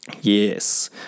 Yes